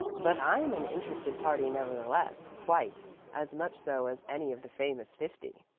but i'm an interested party nevertheless quite as much so as any of the famous fifty.